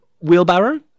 wheelbarrow